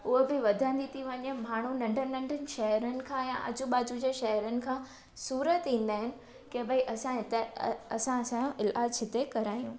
उअ बि वधंदी थी वञे माण्हू नंढनि नंढनि शहरनि खां या आजू बाजू जे शहरनि खां सूरत ईंदा आहिनि की भाइ असां हितां असां असांजो इलाज हिते करायूं